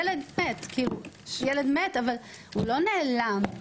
הילד מת, אבל הוא לא נעלם.